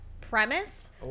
premise